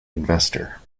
investor